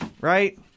right